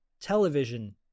television